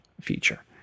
feature